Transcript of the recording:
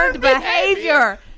behavior